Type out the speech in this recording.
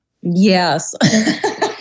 Yes